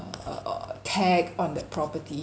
err tax on that property